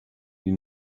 die